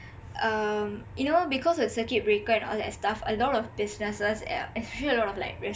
um you know because of the circuit breaker and all that stuff alot of businesses actually alot of restaurants